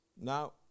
Now